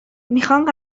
میخان